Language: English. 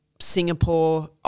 Singapore